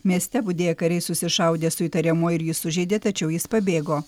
mieste budėję kariai susišaudė su įtariamuoju ir jį sužeidė tačiau jis pabėgo